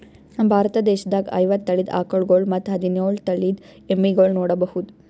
ನಮ್ ಭಾರತ ದೇಶದಾಗ್ ಐವತ್ತ್ ತಳಿದ್ ಆಕಳ್ಗೊಳ್ ಮತ್ತ್ ಹದಿನೋಳ್ ತಳಿದ್ ಎಮ್ಮಿಗೊಳ್ ನೋಡಬಹುದ್